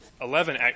eleven